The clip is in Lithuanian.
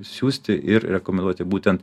siųsti ir rekomenduoti būtent